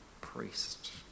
Priest